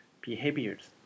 behaviors